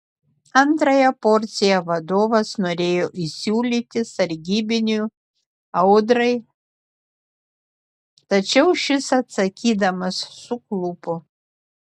antrąją porciją vadovas norėjo įsiūlyti sargybiniui audrai tačiau šis atsakydamas suklupo